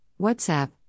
Whatsapp